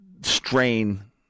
strain